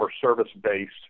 service-based